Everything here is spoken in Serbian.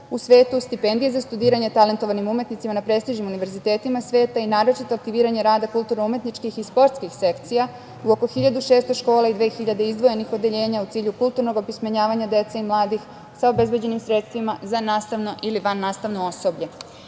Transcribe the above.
u svetu, stipendije za studiranje talentovanim umetnicima na prestižnim univerzitetima sveta i naročito aktiviranje rada kulturno-umetničkih i sportskih sekcija u oko 1600 škola i dve hiljade izdvojenih odeljenja u cilju kulturnog opismenjavanja dece i mladih sa obezbeđenim sredstvima za nastavna ili van nastavno osoblje. Neko